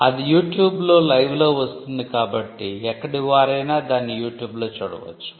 అది youtube లో live వస్తుంది కాబట్టి ఎక్కడివారైన దాన్ని youtube లో చూడవచ్చు